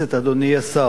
אדוני השר,